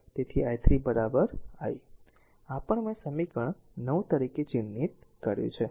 તેથી i1 i2 i તેથી i3 i આ પણ મેં સમીકરણ 9 તરીકે ચિહ્નિત કર્યું છે